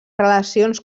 relacions